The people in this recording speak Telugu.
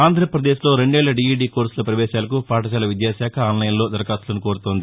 ఆంధ్రపదేశ్లో రెండేళ్ల డీఈడీ కోర్సులో ప్రవేశాలకు పాఠశాల విద్యాశాఖ ఆన్లైన్లో దరఖాస్తులను కోరుతుంది